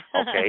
okay